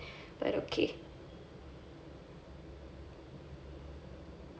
but okay